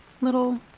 little